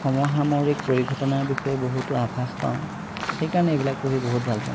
সমসাময়িক পৰিঘটনাৰ বিষয়ে বহুতো আভাস পাওঁ সেইকাৰণে এইবিলাক পঢ়ি বহুত ভাল পাওঁ